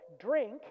drink